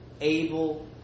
able